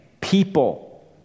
people